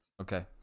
Okay